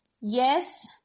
yes